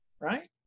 right